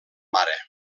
mare